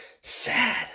Sad